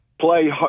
play